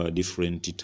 different